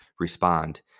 respond